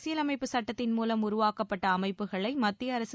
அரசியலமைப்பு சட்டத்தின் மூலம் உருவாக்கப்பட்ட அமைப்புக்களை மத்திய அரசு